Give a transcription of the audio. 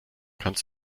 kannst